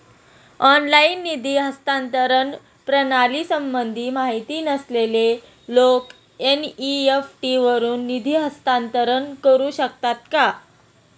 Online निधी हस्तांतरण प्रणालीसंबंधी माहिती नसलेले लोक एन.इ.एफ.टी वरून निधी हस्तांतरण करू शकतात का?